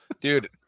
Dude